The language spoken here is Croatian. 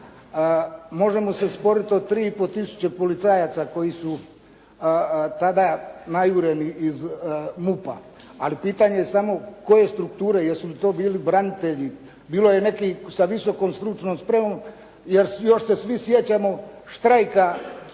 Možemo se sporiti o 3 i po tisuće policajaca koji su tada najureni iz MUP-a ali pitanje je samo koje strukture? Jesu li to bili branitelji? Bilo je nekih sa visokom stručnom spremom jer još se svi sjećamo štrajka